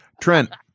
Trent